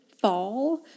fall